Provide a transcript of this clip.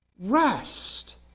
rest